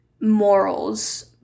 morals